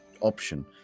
option